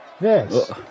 Yes